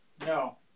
No